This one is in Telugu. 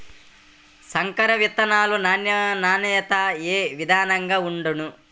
సంకర విత్తనాల నాణ్యత ఏ విధముగా ఉండును?